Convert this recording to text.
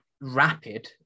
rapid